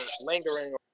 lingering